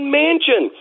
mansion